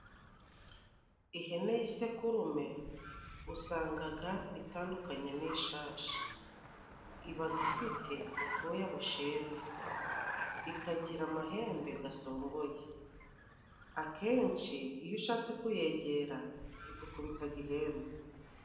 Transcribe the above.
Ihene y'isekurume usangaga itandukanye n'ishashi, ibaga ifite ubwoya bushinze. Ikagira amahembe gasongoye, akenshi iyo ushatse kuyegera igukubitaga ihembe.